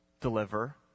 deliver